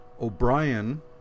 O'Brien